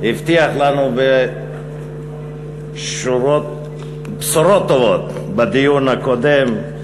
הבטיח לנו בשורות טובות בדיון הקודם,